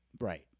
Right